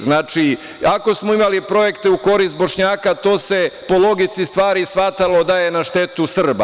Znači, ako smo imali projekte u korist Bošnjaka, to se, po logici stvari, shvatalo da je na štetu Srba.